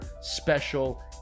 special